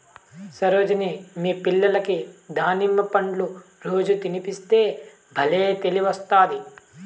సరోజిని మీ పిల్లలకి దానిమ్మ పండ్లు రోజూ తినిపిస్తే బల్లే తెలివొస్తాది